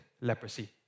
leprosy